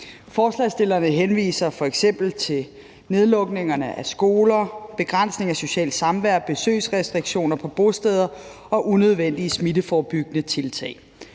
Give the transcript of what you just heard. Forslagsstillerne henviser f.eks. til nedlukningerne af skoler, begrænsninger af socialt samvær, besøgsrestriktioner på bosteder og unødvendige smitteforebyggende tiltag.